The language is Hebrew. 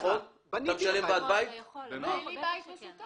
כיוון שזו שומה ששמה